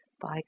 by